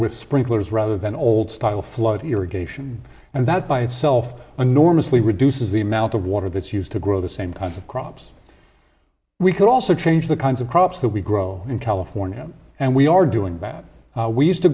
with sprinklers rather than old style flood irrigation and that by itself enormously reduces the amount of water that's used to grow the same kinds of crops we could also change the kinds of crops that we grow in california and we are doing bad we used to